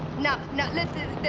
now, now, listen.